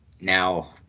now